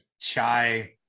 chai